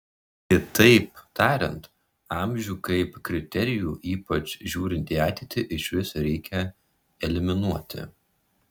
kitaip tariant amžių kaip kriterijų ypač žiūrint į ateitį išvis reikia eliminuoti